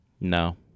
No